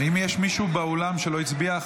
האם יש מישהו באולם שלא הצביע?